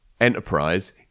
enterprise